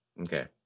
okay